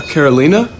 Carolina